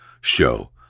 show